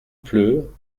pleu